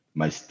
mas